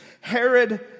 Herod